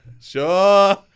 sure